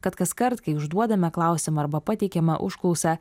kad kaskart kai užduodame klausimą arba pateikiame užklausą